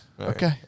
Okay